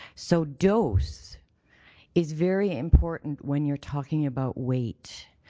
so dose is very important when you're talking about weight,